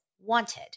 wanted